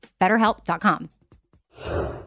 BetterHelp.com